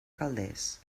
calders